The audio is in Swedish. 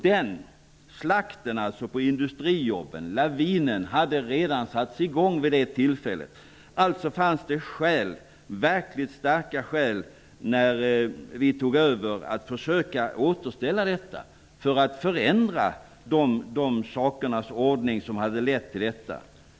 Den slakten på industrijobb, den lavinen, hade vid det tillfället redan satts i gång. Alltså fanns det för oss när vi tog över verkligt starka skäl att försöka återställa detta för att förändra den tingens ordning som hade lett till detta.